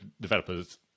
developers